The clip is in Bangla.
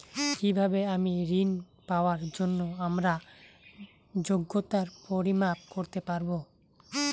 কিভাবে আমি ঋন পাওয়ার জন্য আমার যোগ্যতার পরিমাপ করতে পারব?